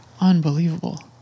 Unbelievable